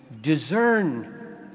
discern